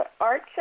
Art